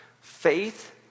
Faith